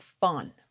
fun